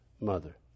Mother